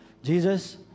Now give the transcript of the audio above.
Jesus